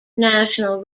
national